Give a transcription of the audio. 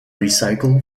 recycle